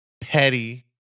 Petty